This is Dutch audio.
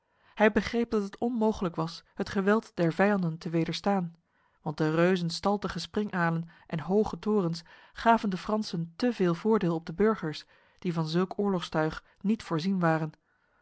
hij begreep dat het onmogelijk was het geweld der vijanden te wederstaan want de reuzenstaltige springalen en hoge torens gaven de fransen te veel voordeel op de burgers die van zulk oorlogstuig niet voorzien waren